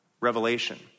revelation